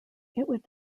would